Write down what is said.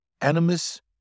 animus